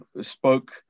spoke